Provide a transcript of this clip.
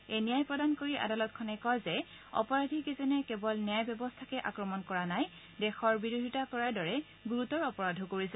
এই ন্যায় প্ৰদান কৰি আদালতখনে কয় যে অপৰাধী কেইজনে কেবল ন্যায় ব্যৱস্থাকে আক্ৰমণ কৰা নাই দেশৰ বিৰোধিতা কৰাৰ দৰে গুৰুতৰ অপৰাধ কৰিছে